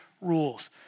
rules